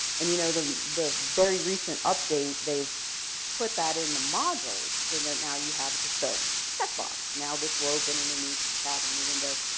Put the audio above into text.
and you know the the very recent update they've put that in the module, so that now you have just a checkbox. now, this open in a new tab or new window,